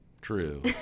True